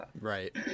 Right